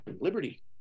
liberty